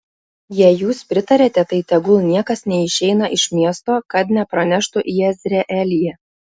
jei jūs pritariate tai tegul niekas neišeina iš miesto kad nepraneštų jezreelyje